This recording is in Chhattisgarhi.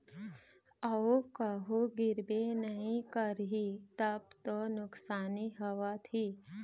अऊ कहूँ गिरबे नइ करही तब तो नुकसानी हवय ही